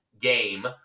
game